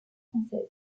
française